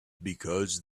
because